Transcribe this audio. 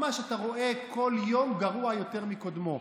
ממש אתה רואה, כל יום גרוע יותר מקודמו.